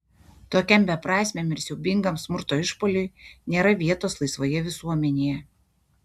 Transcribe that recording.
tokiam beprasmiam ir siaubingam smurto išpuoliui nėra vietos laisvoje visuomenėje